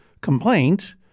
complaint